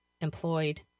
employed